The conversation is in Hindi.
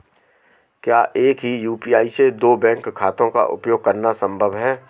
क्या एक ही यू.पी.आई से दो बैंक खातों का उपयोग करना संभव है?